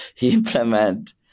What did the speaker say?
implement